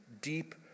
deep